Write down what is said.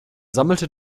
sammelte